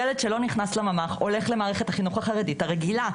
ילד שלא נכנס לממ"ח הולך למערכת החינוך החרדית הרגילה.